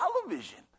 television